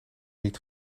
niet